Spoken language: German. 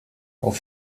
auf